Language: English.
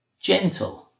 gentle